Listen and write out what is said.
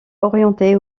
orientée